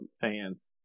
fans